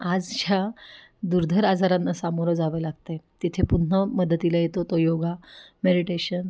आज ज्या दुर्धर आजारांना सामोरं जावं लागतं आहे तिथे पुन्हा मदतीला येतो तो योगा मेरिटेशन